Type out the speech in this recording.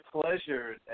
pleasure